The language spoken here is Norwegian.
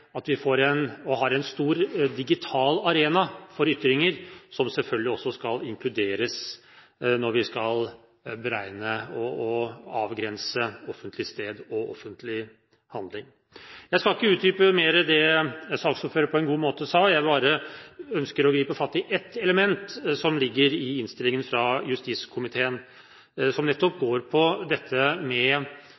at vi har, og får, en stor digital arena for ytringer, som selvfølgelig også skal inkluderes når vi skal beregne og avgrense offentlig sted og offentlig handling. Jeg skal ikke utdype mer det saksordføreren på en god måte sa. Jeg ønsker bare å gripe fatt i ett element som ligger i innstillingen fra justiskomiteen, som nettopp